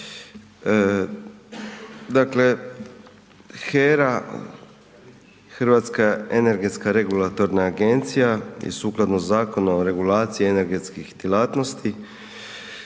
Dakle, HERA, Hrvatska energetska regulatorna agencija je sukladno Zakonu o regulaciji energetskih djelatnosti